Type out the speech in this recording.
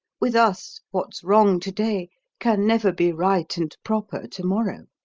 with us, what's wrong to-day can never be right and proper to-morrow.